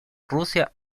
rusia